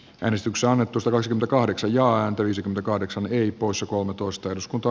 tänä syksynä annettu sellaisen kahdeksan joan tulisi kahdeksan viisi poissa kolmetoista eduskunta